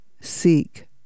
seek